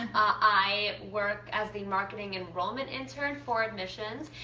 i work as the marketing enrollment intern for admissions,